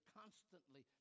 constantly